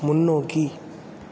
முன்னோக்கி